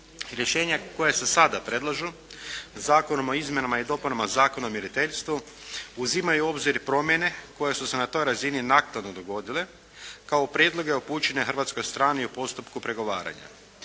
Rješenja koja se sada predlažu Zakonom o izmjenama i dopunama Zakona o mjeriteljstvu uzimaju u obzir promjene koje su se na toj razini naknadno dogodile kao prijedloge upućene hrvatskoj strani u postupku pregovaranja.